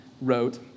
wrote